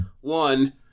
one